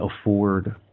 afford